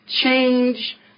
change